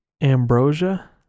Ambrosia